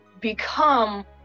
become